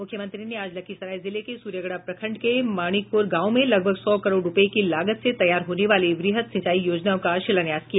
मुख्यमंत्री ने आज लखीसराय जिले के सूर्यगढ़ा प्रखंड के माणिकपुर गांव में लगभग सौ करोड़ रुपये की लागत से तैयार होने वाली वृहत सिंचाई योजनाओं का शिलान्यास किया